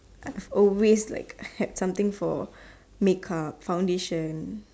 I have always like had something for make up foundation